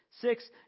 Six